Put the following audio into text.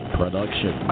production